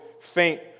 faint